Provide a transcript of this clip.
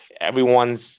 everyone's